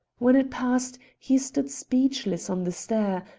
when it passed he stood speechless on the stair,